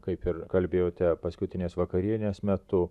kaip ir kalbėjote paskutinės vakarienės metu